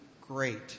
great